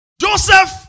Joseph